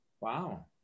Wow